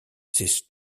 this